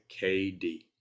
KD